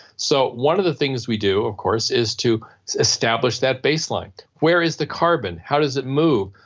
so one of the things we do of course is to establish that baseline. where is the carbon, how does it move,